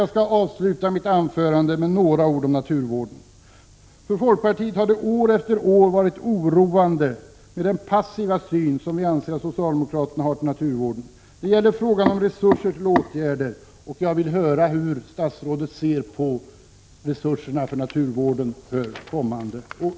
Jag skall avsluta mitt anförande med några ord om naturvården. För folkpartiet har det år efter år varit oroande med den passiva syn som vi anser att socialdemokraterna har till naturvården. Det gäller frågan om resurserna. Jag vill höra hur statsrådet ser på resurserna för naturvården för kommande år.